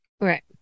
Right